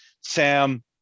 sam